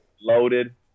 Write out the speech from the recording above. loaded